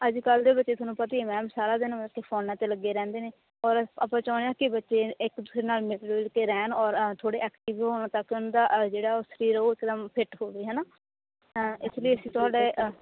ਅੱਜ ਕੱਲ੍ਹ ਦੇ ਬੱਚੇ ਤੁਹਾਨੂੰ ਪਤਾ ਹੀ ਹੈ ਮੈਮ ਸਾਰਾ ਦਿਨ ਬਸ ਫੋਨਾਂ 'ਤੇ ਲੱਗੇ ਰਹਿੰਦੇ ਨੇ ਔਰ ਆਪਾਂ ਚਾਹੁੰਦੇ ਹਾਂ ਕਿ ਬੱਚੇ ਇੱਕ ਦੂਸਰੇ ਨਾਲ ਮਿਲ ਜੁਲ ਕੇ ਰਹਿਣ ਔਰ ਅ ਥੋੜ੍ਹੇ ਐਕਟਿਵ ਵੀ ਹੋਣ ਤਾਂ ਕਿ ਉਹਨਾਂ ਦਾ ਜਿਹੜਾ ਉਹ ਸਰੀਰ ਉਹ ਇਕਦਮ ਫਿਟ ਹੋਵੇ ਹੈ ਨਾ ਇਸ ਲਈ ਅਸੀਂ ਤੁਹਾਡੇ